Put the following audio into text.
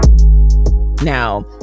Now